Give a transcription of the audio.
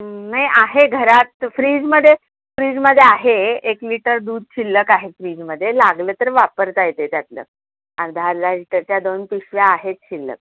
नाही आहे घरात फ्रीजमध्ये फ्रीजमध्ये आहे एक लिटर दूध शिल्लक आहे फ्रीजमध्ये लागलं तर वापरता येतं आहे त्यातलं अर्धा अर्धा लिटरच्या दोन पिशव्या आहेत शिल्लक